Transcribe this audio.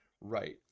right